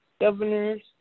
governors